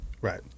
Right